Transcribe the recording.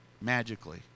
magically